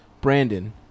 Brandon